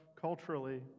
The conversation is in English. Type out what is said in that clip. culturally